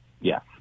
Yes